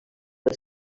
els